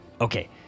okay